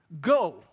Go